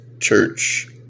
church